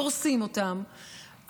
דורסים אותם,